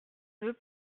vœux